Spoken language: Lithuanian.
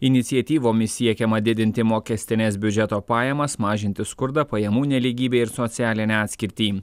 iniciatyvomis siekiama didinti mokestines biudžeto pajamas mažinti skurdą pajamų nelygybę ir socialinę atskirtį